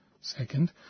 Second